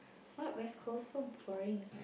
what West Coast so boring